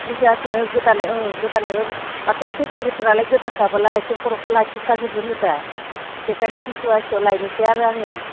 दुयस' आसि गोदानाय गोदानायब्लाबो माथो बेफारि फोरालाय गोदा खाबालाय आथिं खर'खौ लाखि खाजोबोनो दा बेखायनो दुयस' आरसियाव लायनोसै आरो आङो